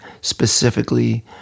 specifically